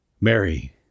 Mary